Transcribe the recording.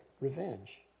revenge